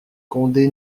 condé